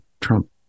Trump